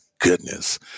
goodness